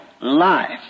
life